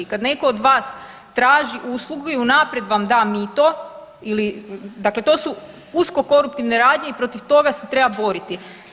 Kad netko od vas traži uslugu i unaprijed vam da mito ili dakle to su usko koruptivne radnje i protiv toga se treba boriti.